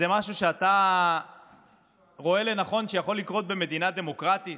זה משהו שאתה רואה לנכון שיכול לקרות במדינה דמוקרטית?